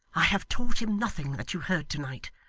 i have taught him nothing that you heard to-night.